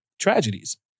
tragedies